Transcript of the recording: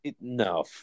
No